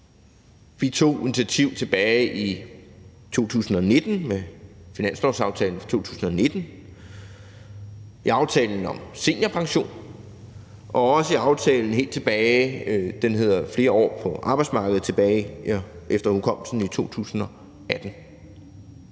Vi tog initiativ tilbage i 2019 med finanslovsaftalen for 2019, i aftalen om seniorpension og også i »Aftale om flere år på arbejdsmarkedet« helt tilbage – efter hukommelsen – i 2018.